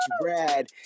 Brad